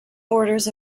orders